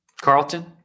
Carlton